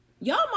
y'all